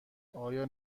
آیا